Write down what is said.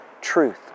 truth